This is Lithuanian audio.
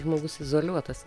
žmogus izoliuotas